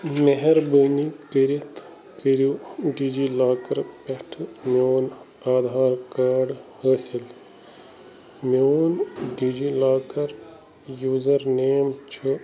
مہربٲنی کٔرِتھ کٔرِو ڈی جی لاکر پٮ۪ٹھ میٛون آدھار کارڈ حٲصِل میٛون DigiLocker user name چھُ